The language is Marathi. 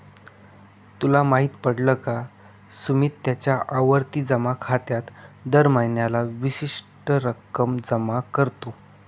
तुला माहित पडल का? सुमित त्याच्या आवर्ती जमा खात्यात दर महीन्याला विशिष्ट रक्कम जमा करतो